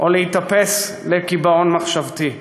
או להיתפס לקיבעון מחשבתי.